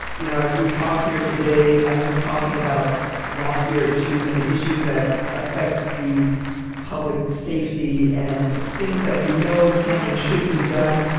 you know, as we talk here today, i miss talking about loftier issues and issues that affect the public safety and things that you know can and should be done.